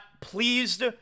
pleased